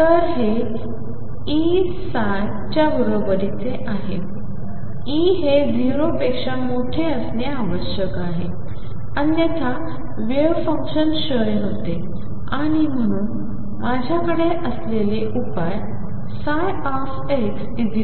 तर हे Eψ च्या बरोबरीचे आहे E हे 0 पेक्षा मोठे असणे आवश्यक आहे अन्यथा वेव्ह फंक्शन क्षय होते आणि म्हणून माझ्याकडे असलेले उपाय xeikx